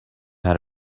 had